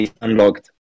unlocked